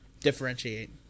differentiate